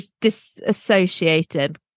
disassociated